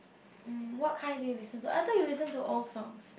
mm what kind do you listen to I thought you listen to old songs